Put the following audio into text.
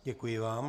Děkuji vám.